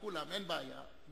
זה